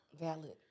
Valid